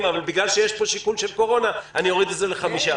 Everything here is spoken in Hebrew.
אבל בגלל שיש פה שיקול של קורונה אני אוריד לחמישה.